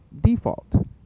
default